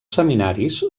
seminaris